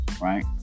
Right